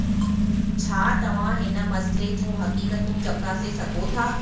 छा तव्हां हिन मसइले जूं हक़ीक़तूं चकासे सघो था